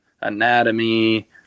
anatomy